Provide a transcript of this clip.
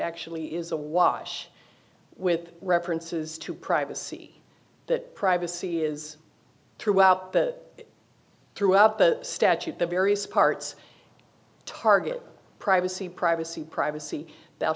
actually is awash with references to privacy that privacy is throughout the throughout the statute the various parts target privacy privacy privacy they'll